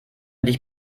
dich